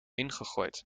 ingegooid